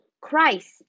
Christ